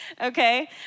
Okay